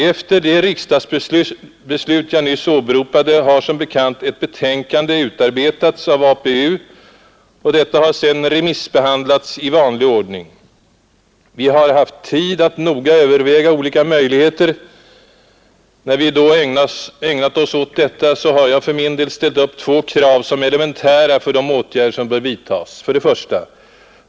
Efter det riksdagsbeslut jag nyss åberopade har som bekant ett betänkande utarbetats av APU, och detta har sedan remissbehandlats i vanlig ordning. Vi har sedan haft tid att noga överväga olika möjligheter. När vi då ägnat oss åt detta, har jag för min del ställt upp två krav som elementära för de åtgärder som bör vidtagas: 1.